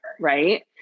right